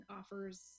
offers